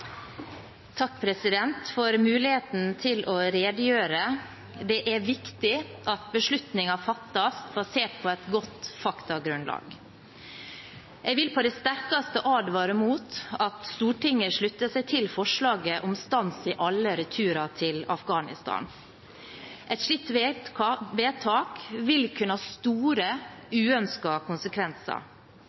Takk for muligheten til å redegjøre. Det er viktig at beslutninger fattes basert på et godt faktagrunnlag. Jeg vil på det sterkeste advare mot at Stortinget slutter seg til forslaget om stans i alle returer til Afghanistan. Et slikt vedtak vil kunne ha store uønskede konsekvenser.